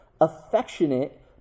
affectionate